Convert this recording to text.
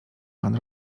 pan